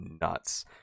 nuts